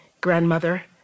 grandmother